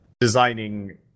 designing